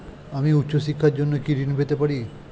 আমি উচ্চশিক্ষার জন্য কি ঋণ পেতে পারি?